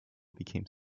became